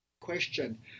Question